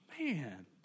Man